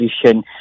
position